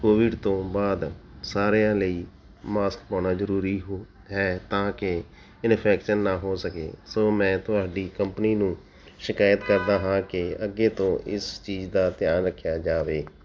Covid ਤੋਂ ਬਾਅਦ ਸਾਰਿਆਂ ਲਈ ਮਾਸਕ ਪਾਉਣਾ ਜ਼ਰੂਰੀ ਹੋ ਹੈ ਤਾਂ ਕਿ ਇੰਨਫੈਕਸ਼ਨ ਨਾ ਹੋ ਸਕੇ ਸੋ ਮੈਂ ਤੁਹਾਡੀ ਕੰਪਨੀ ਨੂੰ ਸ਼ਿਕਾਇਤ ਕਰਦਾ ਹਾਂ ਕਿ ਅੱਗੇ ਤੋਂ ਇਸ ਚੀਜ਼ ਦਾ ਧਿਆਨ ਰੱਖਿਆ ਜਾਵੇ